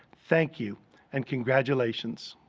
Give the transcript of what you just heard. thank you and congratulations.